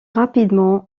rapidement